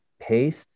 paste